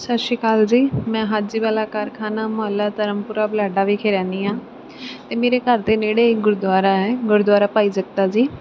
ਸਤਿ ਸ਼੍ਰੀ ਅਕਾਲ ਜੀ ਮੈਂ ਹਾਜੀ ਵਾਲਾ ਕਾਰਖਾਨਾ ਮੁਹੱਲਾ ਧਰਮਪੁਰਾ ਬੁਢਲਾਡਾ ਵਿਖੇ ਰਹਿੰਦੀ ਹਾਂ ਅਤੇ ਮੇਰੇ ਘਰ ਦੇ ਨੇੜੇ ਇੱਕ ਗੁਰਦੁਆਰਾ ਹੈ ਗੁਰਦੁਆਰਾ ਭਾਈ ਜਗਤਾ ਜੀ